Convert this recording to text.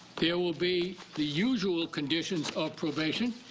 there will be the usual conditions of probation.